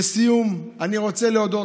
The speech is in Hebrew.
לסיום, אני רוצה להודות,